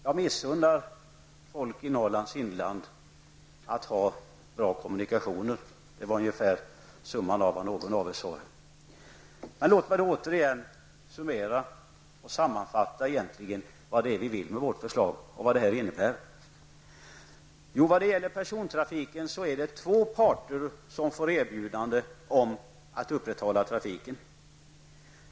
Man kan summera vad någon av er sade med att jag missunnar folk i Norrlands inland att ha bra kommunikationer. Låt mig än en gång sammanfatta vad vi vill med vårt förslag och vad det innebär. När det gäller persontrafiken får två parter erbjudande om att upprätthålla trafiken.